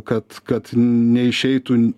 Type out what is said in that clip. kad kad neišeitų